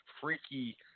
freaky